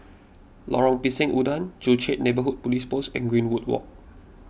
Lorong Pisang Udang Joo Chiat Neighbourhood Police Post and Greenwood Walk